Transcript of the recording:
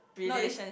no this